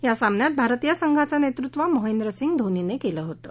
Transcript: या सामन्यात भारतीय संघांचं नसूविव महेंद्र सिंग धोनीनं कलि होतं